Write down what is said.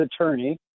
attorney